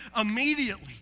Immediately